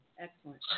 Excellent